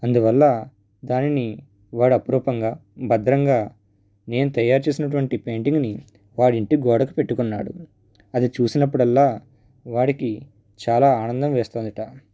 అందువల్ల దానిని వాడు అపురూపంగా భద్రంగా నేను తయారు చేసినటువంటి పెయింటింగ్ని వాడి ఇంటి గోడకి పెట్టుకున్నాడు అది చూసినప్పుడల్లా వాడికి చాలా ఆనందం వేస్తుంది అంట